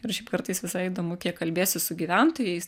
ir šiaip kartais visai įdomu kiek kalbėsi su gyventojais